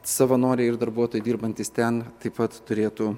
savanoriai ir darbuotojai dirbantys ten taip pat turėtų